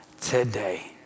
today